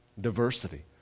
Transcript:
diversity